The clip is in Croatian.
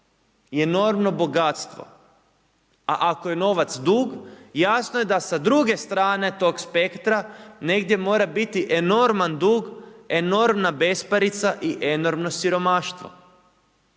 i enormno bogatstvo, a ako je novac dug jasno je da sa druge strane tog spektra negdje mora biti enorman dug, enormna besparica i enormno siromaštvo.